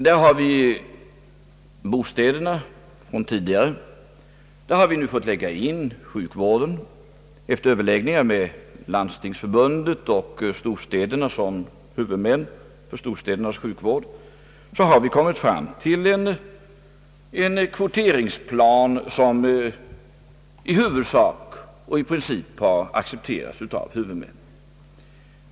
Där ingick redan tidigare bostäderna, och där har vi nu fått lägga in även sjukvården. Efter överläggningar med Landstingsförbundet och storstäderna såsom huvudmän för storstädernas sjukvård har vi kommit fram till en kvoteringsplan som i huvudsak och i princip har accepterats av huvudmännen.